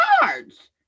cards